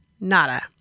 Nada